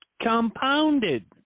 compounded